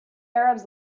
arabs